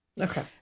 okay